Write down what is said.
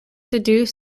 deduced